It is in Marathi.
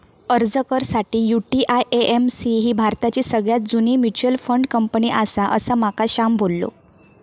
अर्ज कर साठी, यु.टी.आय.ए.एम.सी ही भारताची सगळ्यात जुनी मच्युअल फंड कंपनी आसा, असा माका श्याम बोललो